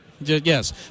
Yes